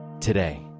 today